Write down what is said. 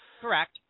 Correct